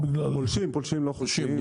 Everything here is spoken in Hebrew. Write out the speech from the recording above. פולשים לא חוקיים.